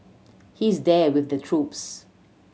he's there with the troops